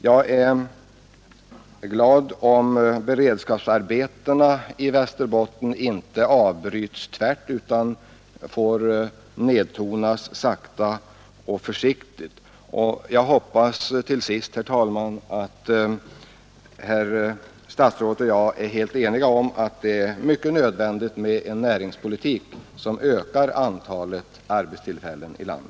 Jag är glad om beredskapsarbetena i Västerbotten inte avbryts tvärt utan får nedtonas sakta och försiktigt. Jag hoppas till sist, herr talman, att herr statsrådet och jag är helt eniga om att det är nödvändigt att föra en näringspolitik som ökar antalet arbetstillfällen i vårt land.